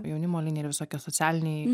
jaunimo linija visokie socialiniai